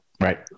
Right